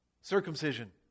Circumcision